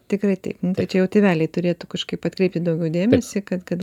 tikrai taip tai čia jau tėveliai turėtų kažkaip atkreipti daugiau dėmesį kad kad